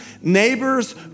neighbors